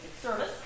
service